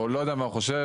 או לא יןדע מה הוא חושב,